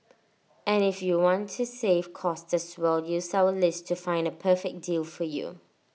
and if you want to save cost as well use our list to find A perfect deal for you